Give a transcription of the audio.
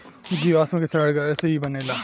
जीवाश्म के सड़े गले से ई बनेला